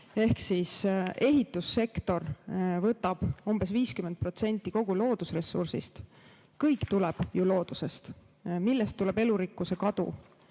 Ehk siis ehitussektor võtab umbes 50% kogu loodusressursist. Kõik tuleb ju loodusest. Millest tuleb elurikkuse kadu?